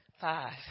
five